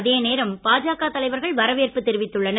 அதே நேரம் பாஜக தலைவர்கள் வரவேற்பு தெரிவித்துள்ளனர்